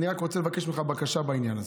אני רק רוצה לבקש ממך בקשה בעניין הזה.